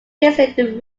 visited